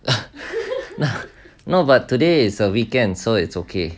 no uh today is a weekend so it's okay